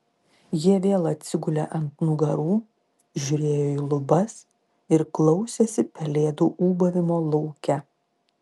jie vėl atsigulė ant nugarų žiūrėjo į lubas ir klausėsi pelėdų ūbavimo lauke